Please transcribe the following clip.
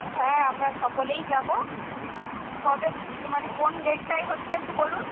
হ্যাঁ আমরা সকলেই যাবো কবে মানে কোন ডেটটায় হচ্ছে একটু বলুন